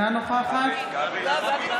בעד ההיסטוריה נמחקה ברגע.